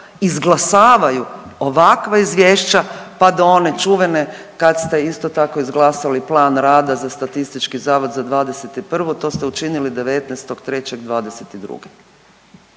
izglasavaju ovakva izvješća pa do one čuvene kad ste isto tako izglasali plan rada za statistički zavod za '21. to ste učinili 19.3.'22.